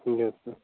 yes sir